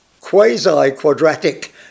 quasi-quadratic